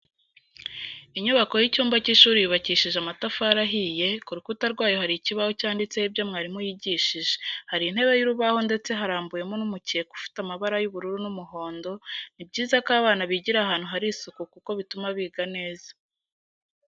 Inyubako y'icyumba cy'ishuri yubakishije amatafari ahiye, ku rukuta rwayo hari ikibaho cyanditseho ibyo mwarimu yigishije, hari intebe y'urubaho ndetse harambuyemo n'umukeka ufite amabara y'ubururu n'umuhondo, ni byiza ko abana bigira ahantu hari isuku kuko bituma biga neza.